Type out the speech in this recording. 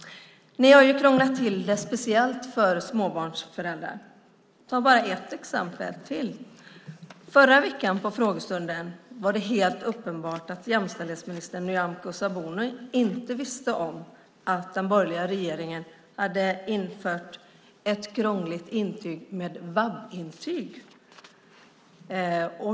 Ni har krånglat till det speciellt för småbarnsföräldrar. Jag kan ta ett exempel. I frågestunden förra veckan var det helt uppenbart att jämställdhetsminister Nyamko Sabuni inte visste om att den borgerliga regeringen hade infört ett krångligt VAB-intyg.